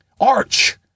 Arch